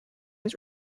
his